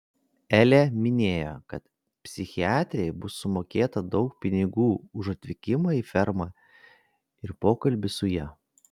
elė minėjo kad psichiatrei bus sumokėta daug pinigų už atvykimą į fermą ir pokalbį su ja